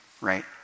right